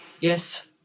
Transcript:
yes